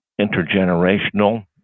intergenerational